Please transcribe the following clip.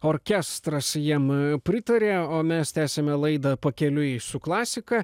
orkestras jiem pritarė o mes tęsiame laidą pakeliui su klasika